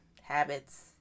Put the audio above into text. habits